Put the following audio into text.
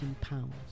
pounds